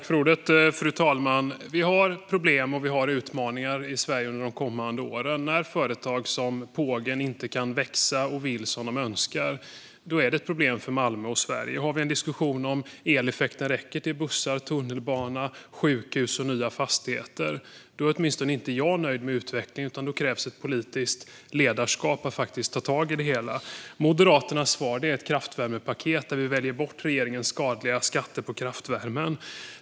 Fru talman! Vi har ett problem, och vi har utmaningar i Sverige under de kommande åren. När företag som Pågen inte kan växa som de vill och önskar är det ett problem för Malmö och Sverige. Har vi en diskussion om eleffekten räcker till bussar, tunnelbana, sjukhus och nya fastigheter är åtminstone jag inte nöjd med utvecklingen. Då krävs politiskt ledarskap för att ta tag i det hela. Moderaternas svar är ett kraftvärmepaket, där vi väljer bort regeringens skadliga skatter på kraftvärmen.